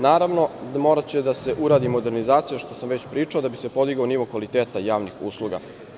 Naravno, moraće da se uradi modernizacija, o čemu sam već pričao, da bi se podigao nivo kvaliteta javnih usluga.